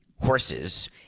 horses